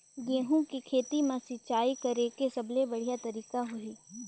गंहू के खेती मां सिंचाई करेके सबले बढ़िया तरीका होही?